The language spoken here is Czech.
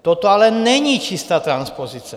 Toto ale není čistá transpozice.